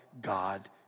God